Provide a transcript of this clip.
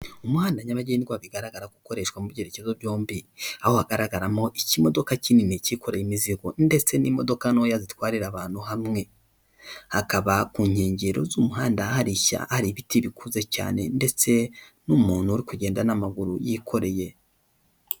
Umuhanda nyabagendwa bigaragara ko ukoreshwa mu byerekezo byombi aho hagaragaramo ikimodoka kinini kikoreye imizigo, ndetse n'imodoka ntoya zitwarira abantu hamwe akaba ku nkengero z'umuhanda hari ibiti bikuze cyane ndetse n'umuntu uri kugenda n'amaguru yikoreye.